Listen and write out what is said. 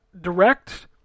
direct